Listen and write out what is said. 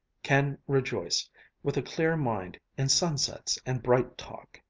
can rejoice with a clear mind in sunsets and bright talk.